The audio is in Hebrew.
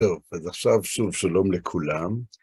טוב, אז עכשיו שוב שלום לכולם.